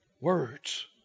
Words